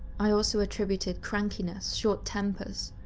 i also attributed crankiness, short tempers,